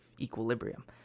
equilibrium